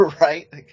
Right